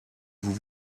vous